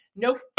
Nope